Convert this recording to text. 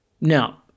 Now